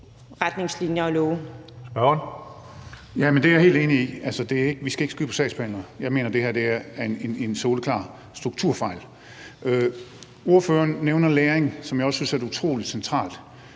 Det er jeg jo helt enig i. Vi skal ikke skyde på sagsbehandlere. Jeg mener, at det her er en soleklar strukturfejl. Ordføreren nævner læring, som jeg også ser som et utrolig centralt